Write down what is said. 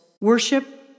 worship